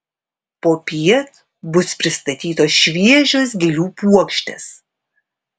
popiet bus pristatytos šviežios gėlių puokštės